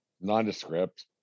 Nondescript